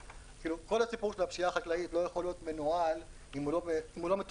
כל הסיפור של הפשיעה החקלאית לא יכול להיות מנוהל אם הוא לא מתוכלל.